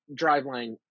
driveline